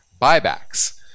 buybacks